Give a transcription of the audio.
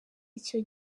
icyo